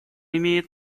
имеет